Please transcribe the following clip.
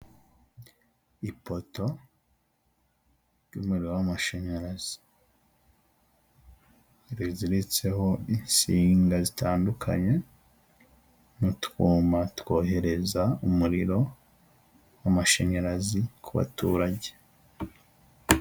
Ipoto ry'umuriro w'amashanyarazi riziritseho insinga zitandukanye n'utwuma twohereza umuriro w'amashanyarazi ku baturage.